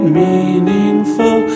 meaningful